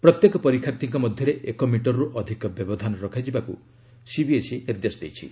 ପ୍ରତ୍ୟେକ ପରୀକ୍ଷାର୍ଥୀଙ୍କ ମଧ୍ୟରେ ଏକ ମିଟରରୁ ଅଧିକ ବ୍ୟବଧାନ ରଖାଯିବାକୁ ସିବିଏସ୍ଇ ନିର୍ଦ୍ଦେଶ ଦେଇଛି